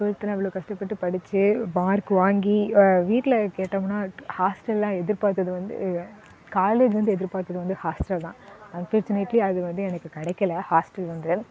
டுவெல்த்தெல்லாம் இவ்வளோ கஷ்டப்பட்டு படித்து மார்க் வாங்கி வீட்டில் கேட்டோம்னா ஹாஸ்டலெல்லாம் எதிர்பார்த்தது வந்து காலேஜ் வந்து எதிர்பார்த்தது வந்து ஹாஸ்ட்டல் தான் அன்ஃபார்ச்சுனேட்லி அது வந்து எனக்கு கிடைக்கல ஹாஸ்ட்டல் வந்து